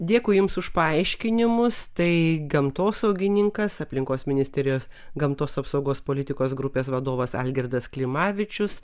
dėkui jums už paaiškinimus tai gamtosaugininkas aplinkos ministerijos gamtos apsaugos politikos grupės vadovas algirdas klimavičius